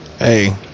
Hey